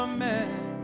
Amen